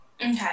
Okay